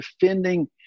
defending